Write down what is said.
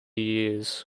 years